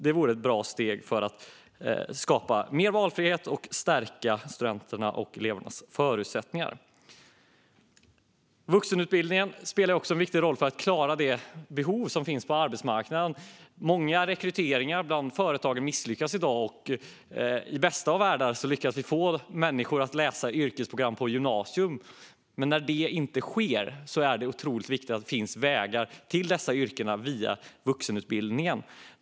Det vore ett bra steg för att skapa mer valfrihet och stärka studenternas och elevernas förutsättningar. Vuxenutbildningen spelar också en viktig roll för att klara det behov som finns på arbetsmarknaden. Många rekryteringar bland företagen misslyckas i dag. I den bästa av världar lyckas vi få människor att läsa yrkesprogram på gymnasiet, men när det inte sker är det otroligt viktigt att det finns vägar till dessa yrken via vuxenutbildningen.